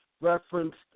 Referenced